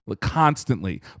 constantly